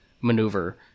maneuver